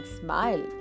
smile